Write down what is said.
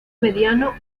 mediano